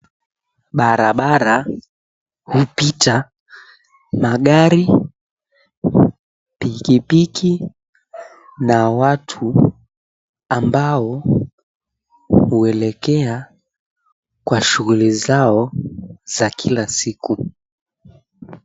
Barabara hupita magari, pikipiki na watu ambao huelekea kwa shughuli zao za kila siku.